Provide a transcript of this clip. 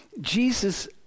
Jesus